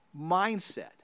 mindset